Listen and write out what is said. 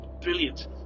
Brilliant